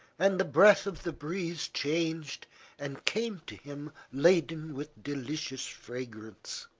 and the breath of the breeze changed and came to him laden with delicious fragrance.